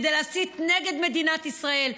כדי להסית נגד מדינת ישראל.